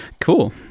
Cool